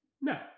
No